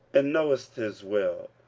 and knowest his will,